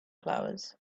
flowers